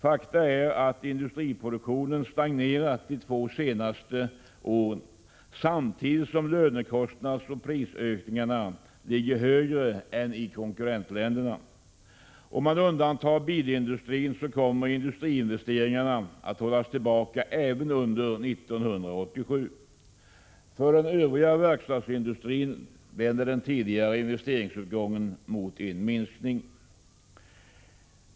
Faktum är att industriproduktionen stagnerat de två senaste åren, samtidigt som lönekostnadsoch prisökningarna är högre än i konkurrentländerna. Om man undantar bilindustrin kommer industriinvesteringarna att hållas tillbaka även under 1987. För den övriga verkstadsindustrin vänder den tidigare investeringsuppgången mot en minskning.